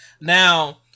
Now